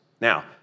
Now